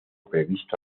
previsto